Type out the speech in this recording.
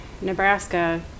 nebraska